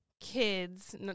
kids